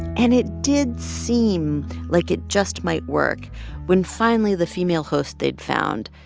and it did seem like it just might work when finally the female host they'd found,